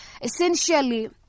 Essentially